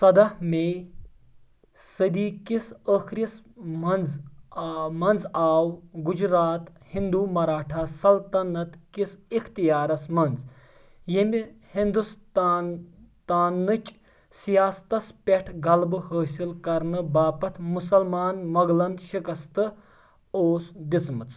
سَداہ مے صٔدی کِس ٲخرِس منٛز منٛز آو گجرات ہندو مرٲٹھا سلطنت کِس اِختیارَس منٛز ییٚمہِ ہندوستان تانٕچۍ سیاستَس پٮ۪ٹھ غلبہٕ حٲصلِ کرنہٕ باپتھ مُسلمان مغلَن شِکست اوس دِژمٕژ